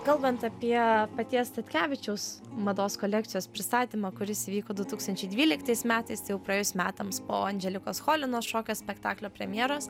kalbant apie paties statkevičiaus mados kolekcijos pristatymą kuris vyko du tūkstančiai dvyliktais metais jau praėjus metams po andželikos cholinos šokio spektaklio premjeros